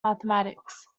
mathematics